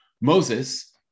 Moses